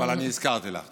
אבל אני הזכרתי לך.